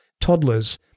toddlers